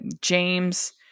James